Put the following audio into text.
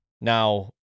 Now